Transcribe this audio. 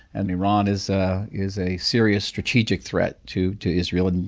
and iran is ah is a serious strategic threat to to israel,